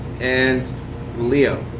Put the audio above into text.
and leo,